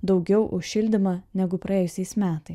daugiau už šildymą negu praėjusiais metais